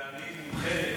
ואני מומחה לאצ"ל.